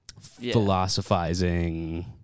philosophizing